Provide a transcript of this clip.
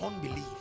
unbelief